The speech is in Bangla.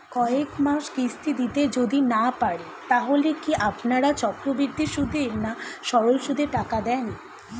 কয়েক মাস কিস্তি দিতে যদি না পারি তাহলে কি আপনারা চক্রবৃদ্ধি সুদে না সরল সুদে টাকা দেন?